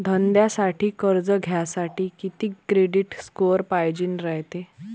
धंद्यासाठी कर्ज घ्यासाठी कितीक क्रेडिट स्कोर पायजेन रायते?